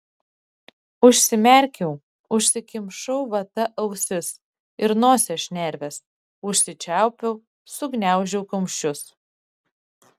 užsimerkiau užsikimšau vata ausis ir nosies šnerves užsičiaupiau sugniaužiau kumščius